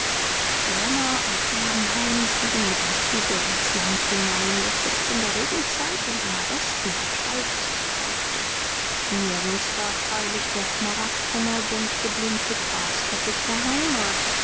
renner und erbenheim fuhren mit dem zuge ins land hinein das jetzt in der regenzeit in seiner besten gestalt sich zeigte nirgends war freilich der smaragdene buntgeblümte grasteppich der heimat